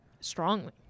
Strongly